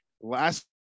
last